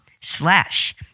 slash